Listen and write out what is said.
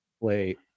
play